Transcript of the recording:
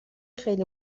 خیلی